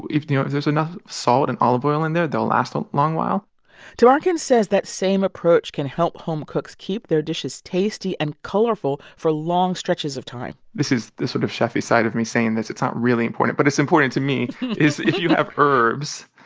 if there's enough salt and olive oil in there, they'll last a long while tamarkin says that same approach can help home cooks keep their dishes tasty and colorful for long stretches of time this is the sort of chef-y side of me saying this. it's not really important, but it's important to me is if you have herbs,